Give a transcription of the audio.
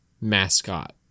mascot